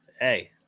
Hey